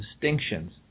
distinctions